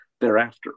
thereafter